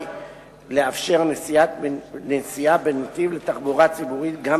לאפשר נסיעה בנתיב לתחבורה ציבורית גם